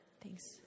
Thanks